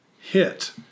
Hit